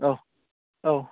औ औ